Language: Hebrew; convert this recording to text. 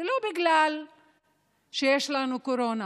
ולא בגלל שיש לנו קורונה